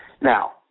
Now